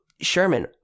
Sherman